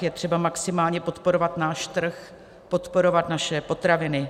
Je třeba maximálně podporovat náš trh, podporovat naše potraviny.